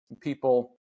people